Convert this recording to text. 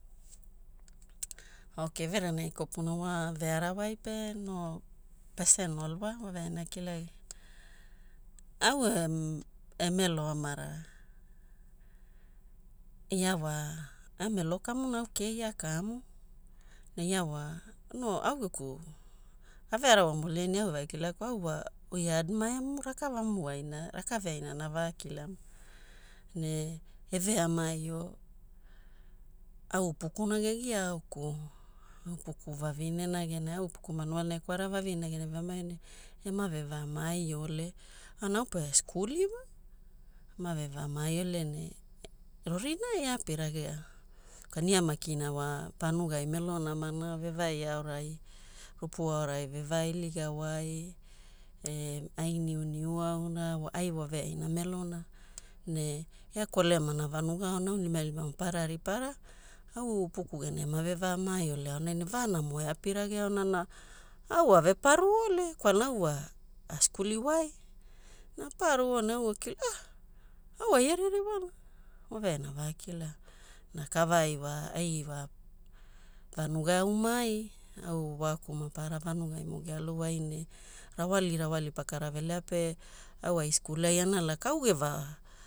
Ok everenagi kopuna wa vearawai pe no personal wa, waveaina ana kilagia. Au emelo amara ia wa ia melo kamuna, au kei ia kamu, ne ia wa no au geku gavearawao mulinai ne ia au evakilakuo, au wa oi a admire mu rakavamu wai na rakaveaina ana vakilamu? Ne eveamaio, au upukuna gegeiaaokuo, upuku vavinena genai, au upuku manuale ekwareaole, vavinena genai eveamaio ne ema vevamaaiole. Aonai au pe skuli wa, ema vevamaaiole ne rorinai, aapirageao. Kwalana ia makina wa vanugai melo namana, vevai aorai, rupu aorai evevailigawai, ne ai niuniu auna, ai waveaina melona. Ne ia kolemana vanuga aonai aunilimalima maparara ripara. Au upuku genai ema vevamaaiole aonai ne vanamo eapirageao na na au ave paruole kwalana au wa askuliwai. Na aparuo ne au akilao, a au ai aririwana, waveaina avakilaao. Na kavai wa ai wa vanuga aumai, au waauku maparara vanugai gealuwai ne rawali rawali pakara velea pe au high school ai ana laka au gev